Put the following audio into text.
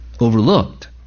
overlooked